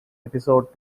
episode